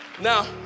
now